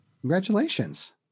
Congratulations